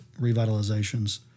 revitalizations